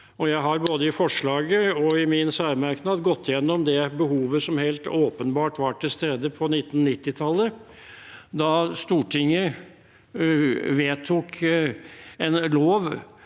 Jeg har både i forslaget og i min særmerknad gått igjennom det behovet som helt åpenbart var til stede på 1990-tallet, da Stortinget vedtok en lov